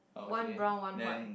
one brown one white